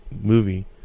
movie